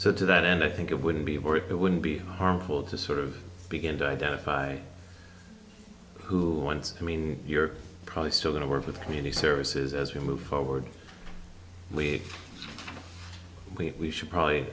so to that end i think it wouldn't be or it wouldn't be harmful to sort of begin to identify who wants i mean you're probably still going to work with community services as we move forward we should probably